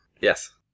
Yes